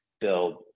build